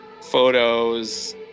photos